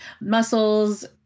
muscles